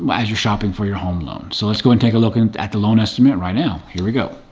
um as you're shopping for your home loan. so let's go and take a look and at the loan estimate right now. here we go.